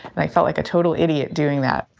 and i felt like a total idiot doing that,